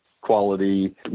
quality